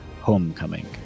Homecoming